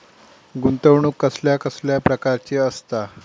गुंतवणूक कसल्या कसल्या प्रकाराची असता?